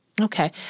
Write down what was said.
Okay